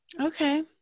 Okay